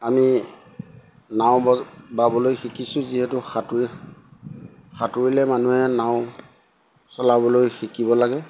আমি নাও ব বাবলৈ শিকিছোঁ যিহেতু সাঁতুৰি সাঁতুৰিলে মানুহে নাও চলাবলৈ শিকিব লাগে